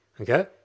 Okay